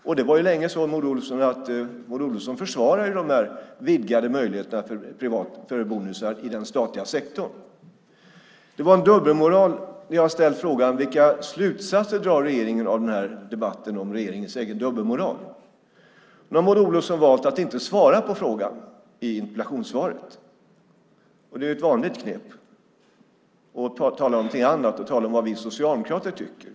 Maud Olofsson försvarade länge de vidgade möjligheterna för bonusar i den statliga sektorn. Det var en dubbelmoral. Jag har ställt frågan: Vilka slutsatser drar regeringen av den här debatten om regeringens egen dubbelmoral? Nu har Maud Olofsson valt att inte svara på frågan i interpellationssvaret. Det är ett vanligt knep att tala om något annat och tala om vad vi socialdemokrater tycker.